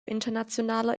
internationaler